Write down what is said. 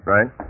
Right